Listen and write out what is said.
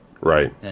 Right